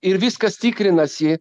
ir viskas tikrinasi